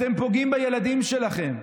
אתם פוגעים בילדים שלכם,